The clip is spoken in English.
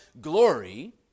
glory